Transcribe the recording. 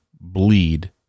bleed